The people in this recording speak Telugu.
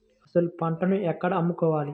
అసలు పంటను ఎక్కడ అమ్ముకోవాలి?